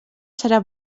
serà